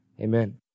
Amen